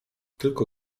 tylko